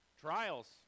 Trials